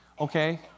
Okay